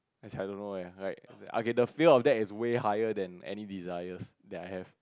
as in I don't know leh like okay the fear of that is way higher than any desires that I have